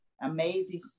amazing